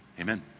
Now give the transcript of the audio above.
Amen